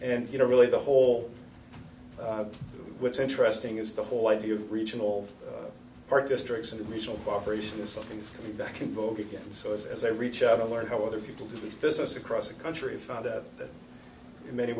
and you know really the whole what's interesting is the whole idea of regional park district and regional cooperation is something that's coming back in vogue again so as i reach out to learn how other people do this business across the country found out that in many